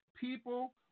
People